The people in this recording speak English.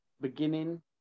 beginning